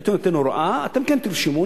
הייתי נותן הוראה: אתם כן תרשמו,